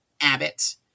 Abbott